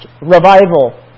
revival